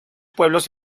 pueblos